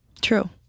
True